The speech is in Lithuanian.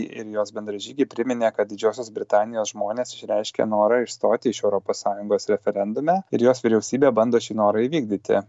ir jos bendražygiai priminė kad didžiosios britanijos žmonės išreiškė norą išstoti iš europos sąjungos referendume ir jos vyriausybė bando šį norą įvykdyti